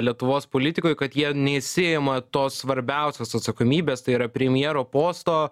lietuvos politikoj kad jie nesiima tos svarbiausios atsakomybės tai yra premjero posto